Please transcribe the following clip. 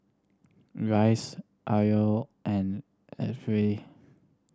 Rice Arlo and